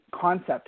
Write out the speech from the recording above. concept